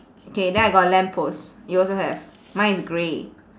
K then I got a lamp post you also have mine is grey